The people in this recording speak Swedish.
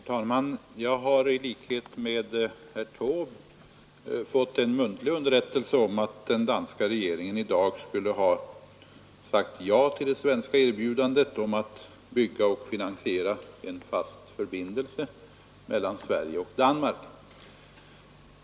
Herr talman! Jag har, i likhet med herr Taube, fått en muntlig underrättelse om att den danska regeringen skall ha sagt ja till det svenska erbjudandet om att bygga och finansiera en fast förbindelse mellan Sverige och Danmark.